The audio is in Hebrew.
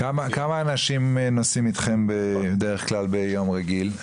כמה אנשים נוסעים איתכם ביום רגיל?